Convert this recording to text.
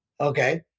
Okay